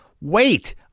Wait